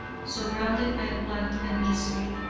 surrounded by want and misery,